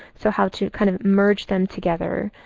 so how to kind of merge them together.